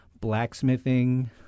blacksmithing